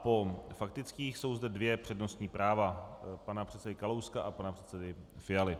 Po faktických jsou zde dvě přednostní práva pana předsedy Kalouska a pana předsedy Fialy.